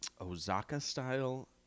Osaka-style